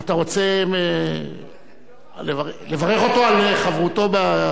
אתה רוצה לברך אותו על חברותו?